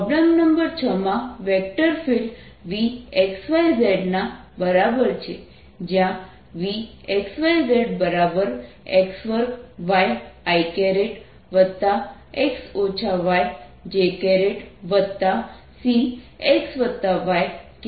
problem number 6 માં vector field Vxyz ના બરાબર છે જ્યાં Vxyzx2yijCxy k છે જ્યાં c અચળ છે